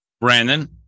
Brandon